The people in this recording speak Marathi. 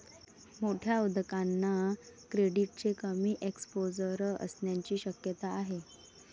मोठ्या उद्योगांना क्रेडिटचे कमी एक्सपोजर असण्याची शक्यता आहे